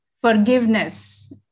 forgiveness